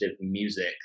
music